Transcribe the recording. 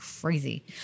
crazy